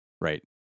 Right